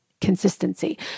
consistency